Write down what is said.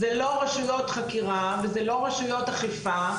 זה לא רשויות חקירה וזה לא רשויות אכיפה.